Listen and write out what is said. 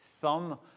thumb